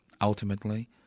ultimately